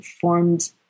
formed